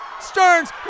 Stearns